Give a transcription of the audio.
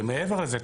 ומעבר לזה,